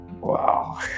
wow